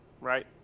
right